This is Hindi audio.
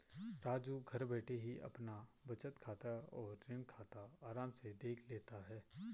राजू घर बैठे ही अपना बचत खाता और ऋण खाता आराम से देख लेता है